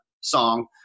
song